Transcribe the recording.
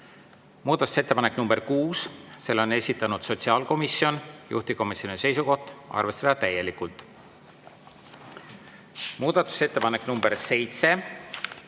Muudatusettepanek nr 6, selle on esitanud sotsiaalkomisjon, juhtivkomisjoni seisukoht on arvestada täielikult. Muudatusettepanek nr 7,